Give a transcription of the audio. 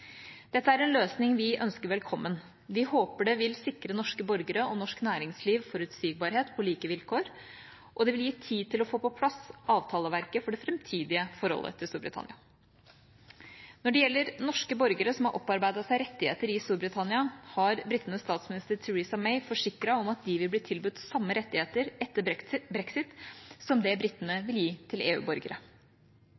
Dette er en løsning vi ønsker velkommen. Vi håper det vil sikre norske borgere og norsk næringsliv forutsigbarhet og like vilkår, og det vil gi tid til å få på plass avtaleverket for det framtidige forholdet til Storbritannia. Når det gjelder norske borgere som har opparbeidet seg rettigheter i Storbritannia, har britenes statsminister, Theresa May, forsikret om at de vil bli tilbudt samme rettigheter etter brexit som det britene